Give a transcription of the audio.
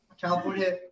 california